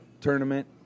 tournament